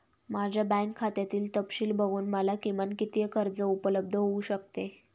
माझ्या बँक खात्यातील तपशील बघून मला किमान किती कर्ज उपलब्ध होऊ शकते?